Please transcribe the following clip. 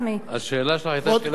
השאלה שלך היתה שאלה כללית.